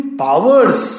powers